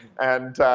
and